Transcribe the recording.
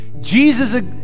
Jesus